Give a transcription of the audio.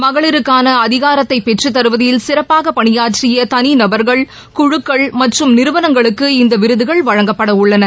மகளிருக்கான அதிகாரத்தை பெற்றுத்தருவதில் சிறப்பாக பணியாற்றிய தனிநபர்கள் குழுக்கள் மற்றும் நிறுவணங்களுக்கு இந்த விருதுகள் வழங்கப்பட உள்ளன